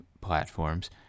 platforms